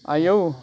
आयौ